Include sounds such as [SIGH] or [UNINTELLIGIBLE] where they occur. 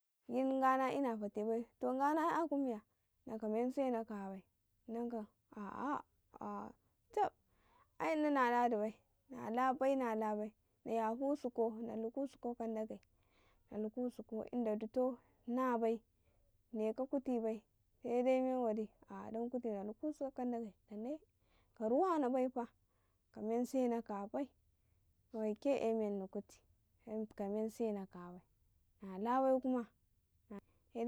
Gind nga na ina fate bai to nga na ''yaku miya, ina kamen sena ka bai ahah chabb, ai inana naladi bai, na la bai na la bai na nayafusuko na luku suke ka ndago, tusukan inda dtau na bai neka kuti bai sede men waɗi sedai dan kuti na dukusun ka ndage na nai ka amuna bai fa ka men sera ka bai wai ka e menni kuti dan kamen sena ka bai nala bai. [UNINTELLIGIBLE]